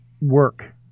Work